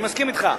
אני מסכים אתך.